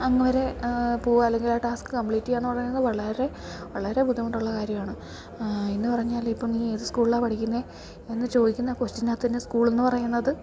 അങ്ങ്വരെ പോവാ അല്ലെങ്കിൽ ആ ടാസ്ക്ക് കമ്പ്ലീറ്റ് ചെയ്യാന്ന് പറയുന്നത് വളരെ വളരെ ബുദ്ധിമുട്ട് ഉള്ള കാര്യമാണ് എന്ന് പറഞ്ഞാൽ ഇപ്പം നീ ഏത് സ്കൂൾളാണ് പഠിക്കുന്നത് എന്ന് ചോദിക്കുന്ന ക്വസ്റ്റ്യനാത്തന്നെ സ്കൂളെന്ന് പറയുന്നത്